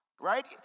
right